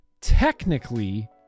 technically